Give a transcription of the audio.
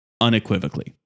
unequivocally